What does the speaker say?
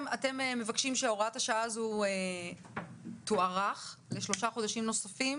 אני מבינה שאתם מציעים להאריך את תוקף הוראת השעה בשלושה חודשים נוספים